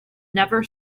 never